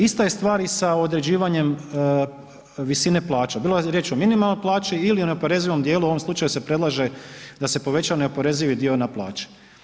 Ista je stvar i sa određivanjem visine plaća, bilo je riječ o minimalnoj plaći ili neoporezivom dijelu u ovom slučaju se predlaže da se poveća neoporezivi dio na plaće.